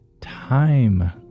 time